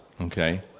okay